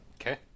Okay